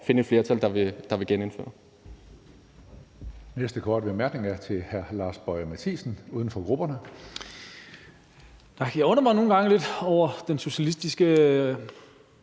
finde et flertal, der vil genindføre